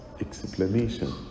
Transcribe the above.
explanation